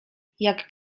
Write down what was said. jak